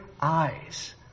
eyes